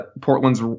Portland's